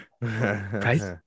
Price